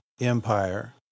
empire